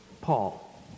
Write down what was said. Paul